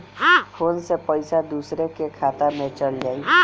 Phone से पईसा दूसरे के खाता में चल जाई?